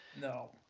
No